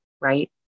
right